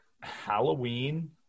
Halloween